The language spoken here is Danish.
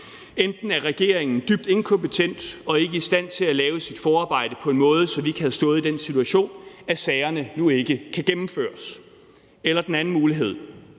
Enten er regeringen dybt inkompetent og ikke i stand til at lave sit forarbejde på en sådan måde, at vi ikke havde stået i den situation, at sagerne nu ikke kan gennemføres. Eller også er der den anden mulighed,